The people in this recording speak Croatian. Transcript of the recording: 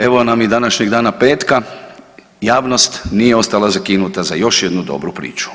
Evo nam i današnjeg dana petka, javnost nije ostala zakinuta za još jednu dobru priču.